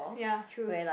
ya true